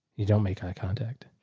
you don't make eye contact.